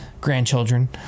grandchildren